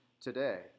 today